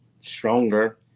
stronger